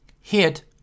Hit